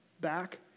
back